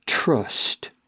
Trust